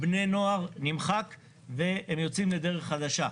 בני נוער נמחק והם יוצאים לדרך חדשה.